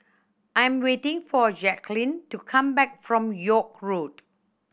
I'm waiting for Jacklyn to come back from York Road